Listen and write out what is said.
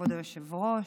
כבוד היושב-ראש,